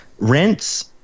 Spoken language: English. Rents